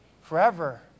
Forever